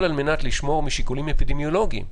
על מנת לשמור משיקולים אפידמיולוגיים.